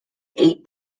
eight